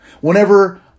Whenever